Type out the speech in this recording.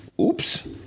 Oops